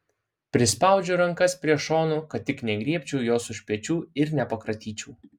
prispaudžiu rankas prie šonų kad tik negriebčiau jos už pečių ir nepakratyčiau